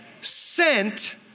Sent